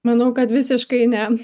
manau kad visiškai ne